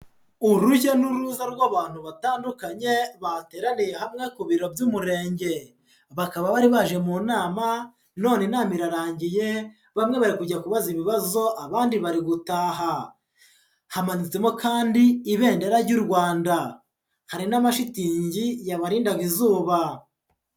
Urujya n'uruza rw'abantu ba ku biro by'umurenge, bakaba bari baje mu nama none inama irarangiye, bamwe bari kujya kubaza ibibazo abandi bari gutaha, hamanitsemo kandi ibendera ry'u Rwanda, hari n'amashitingi yabarindaga izuba.